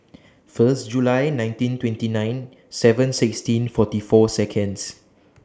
First July nineteen twenty nine seven sixteen forty four Seconds